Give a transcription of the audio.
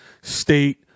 state